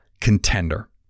contender